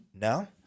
now